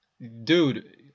Dude